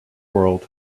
world